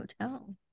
Hotel